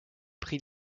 prix